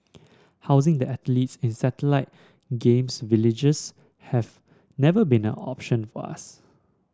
housing the athletes in satellite Games Villages have never been an option for us